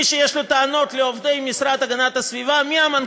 מי שיש לו טענות לעובדי המשרד להגנת הסביבה,